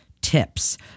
tips